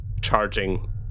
charging